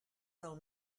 del